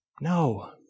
No